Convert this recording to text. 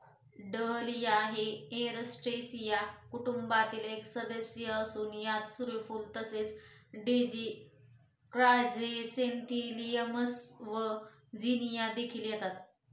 dahlia हे Asteraceae कुटुंबातील एक सदस्य असून यात सूर्यफूल तसेच डेझी क्रायसॅन्थेमम्स व झिनिया देखील येतात